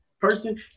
person